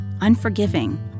unforgiving